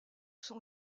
sont